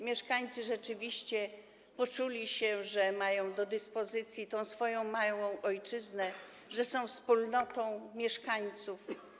Mieszkańcy rzeczywiście poczuli, że mają do dyspozycji tę swoją małą ojczyznę, że są wspólnotą mieszkańców.